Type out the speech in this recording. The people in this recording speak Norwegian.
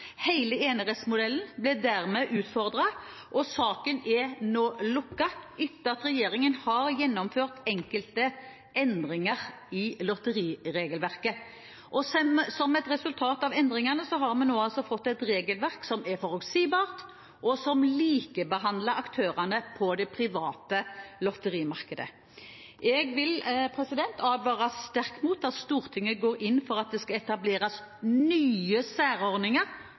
enerettsmodellen ble dermed utfordret. Saken er nå lukket etter at regjeringen har gjennomført enkelte endringer i lotteriregelverket. Som et resultat av endringene har vi fått et regelverk som er forutsigbart, og som likebehandler aktørene på det private lotterimarkedet. Jeg vil advare sterkt mot at Stortinget går inn for at det skal etableres nye særordninger